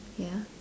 ya